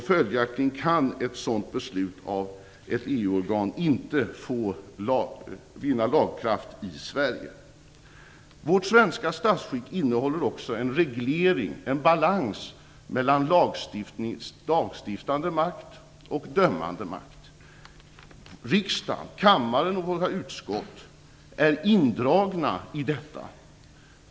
Följaktligen kan ett sådant beslut av ett EU-organ inte vinna laga kraft i Sverige. Vårt svenska statsskick innehåller också en reglering, en balans mellan lagstiftande makt och dömande makt. Riksdagen, kammaren och våra utskott är indragna i detta.